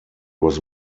was